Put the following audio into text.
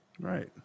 Right